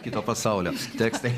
kito pasaulio tekstai